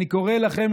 אני קורא לכם,